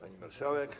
Pani Marszałek!